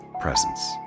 presence